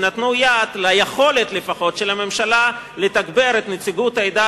ונתנו יד ליכולת לפחות של הממשלה לתגבר את נציגות העדה